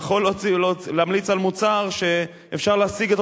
הוא יכול להמליץ על מוצר כשאפשר להשיג את